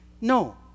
no